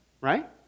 Right